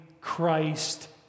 Christ